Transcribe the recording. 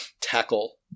tackle